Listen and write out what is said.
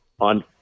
on